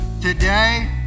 today